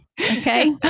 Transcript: okay